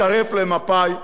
הצטרף למפא"י,